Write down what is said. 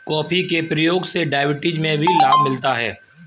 coffee के प्रयोग से डायबिटीज में भी लाभ मिलता है